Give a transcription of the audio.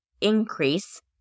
increase